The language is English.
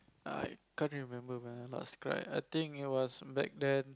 I can't remember when I last cry I think it was back when